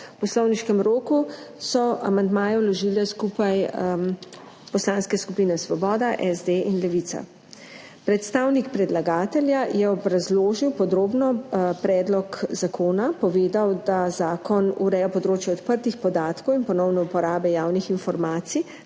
V poslovniškem roku so amandmaje skupaj vložile poslanske skupine Svoboda, SD in Levica. Predstavnik predlagatelja je podrobno obrazložil predlog zakona, povedal, da zakon ureja področje odprtih podatkov in ponovne uporabe javnih informacij,